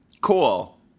Cool